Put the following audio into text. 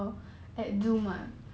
!huh!